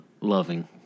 loving